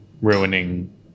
ruining